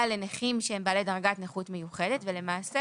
לנכים שהם בעלי דרגת נכות מיוחדת ולמעשה